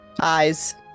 eyes